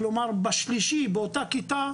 כלומר בשלישי באותה הכיתה,